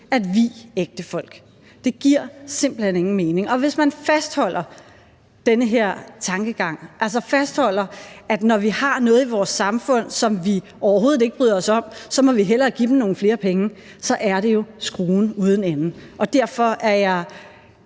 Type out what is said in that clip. at vie ægtefolk. Det giver simpelt hen ingen mening. Og hvis man fastholder den her tankegang, altså fastholder, at når vi har noget i vores samfund, som vi overhovedet ikke bryder os om, så må vi hellere give dem nogle flere penge, så er det jo skruen uden ende, og derfor er jeg